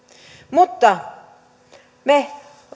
mutta